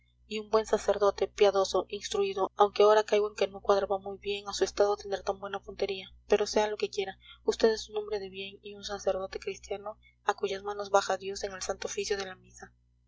y un buen sacerdote piadoso instruido aunque ahora caigo en que no cuadraba muy bien a su estado tener tan buena puntería pero sea lo que quiera vd es un hombre de bien y un sacerdote cristiano a cuyas manos baja dios en el santo oficio de la misa